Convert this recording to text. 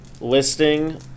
listing